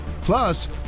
Plus